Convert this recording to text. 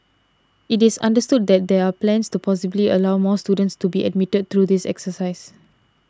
it is understood that there are plans to possibly allow more students to be admitted through this exercise